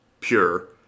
pure